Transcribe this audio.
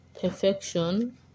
perfection